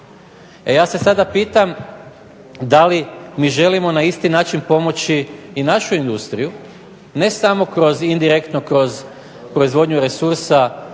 A ja se sada pitam da li mi želimo na isti način pomoći i našu industriju ne samo kroz indirektno kroz proizvodnju resursa